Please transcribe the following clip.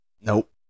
Nope